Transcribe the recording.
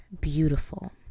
beautiful